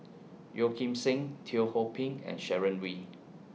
Yeo Kim Seng Teo Ho Pin and Sharon Wee